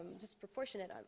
disproportionate